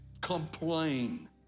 complain